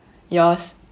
yours